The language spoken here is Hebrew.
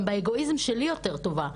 גם באגואיזם שלי יותר טובה,